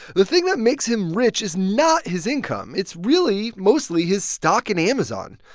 the thing that makes him rich is not his income. it's really, mostly, his stock in amazon.